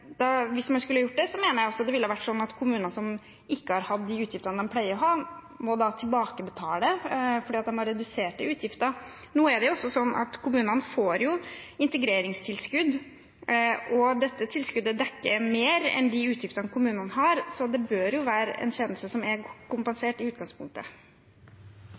Hvis man skulle gjort det, mener jeg også det ville vært sånn at kommuner som ikke har hatt de utgiftene de pleier å ha, da måtte tilbakebetale, fordi de har reduserte utgifter. Nå er det også sånn at kommunene får integreringstilskudd. Dette tilskuddet dekker mer enn de utgiftene kommunene har, så det bør være en tjeneste som er godt kompensert i utgangspunktet.